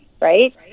right